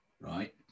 right